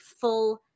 full